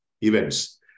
events